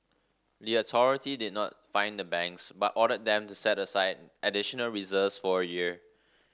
the authority did not fine the banks but ordered them to set aside additional reserves for a year